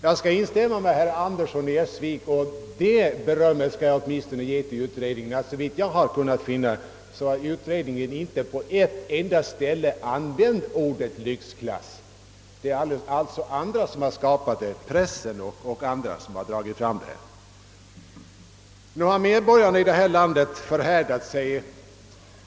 — Jag skall i en sak instämma med herr Andersson i Essvik — och åtminstone ge utredningen det berömmet — att såvitt jag kunnat finna har utredningen inte på ett enda ställe använt ordet lyxklass. Det är alltså andra, bl.a. pressen, som infört detta begrepp i sammanhanget. Medborgarna i detta land har förvisso förhärdat sig